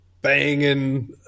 banging